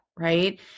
Right